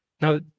Now